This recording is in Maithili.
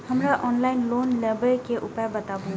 हमरा ऑफलाइन लोन लेबे के उपाय बतबु?